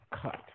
cut